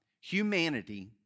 humanity